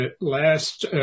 last